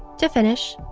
to finish,